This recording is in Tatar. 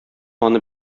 аны